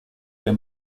der